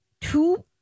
two